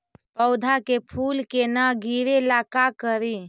पौधा के फुल के न गिरे ला का करि?